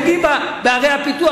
פוגעים בערי הפיתוח.